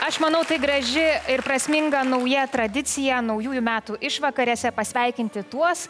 aš manau tai graži ir prasminga nauja tradicija naujųjų metų išvakarėse pasveikinti tuos